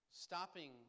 Stopping